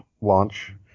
launch